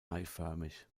eiförmig